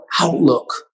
outlook